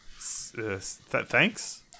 Thanks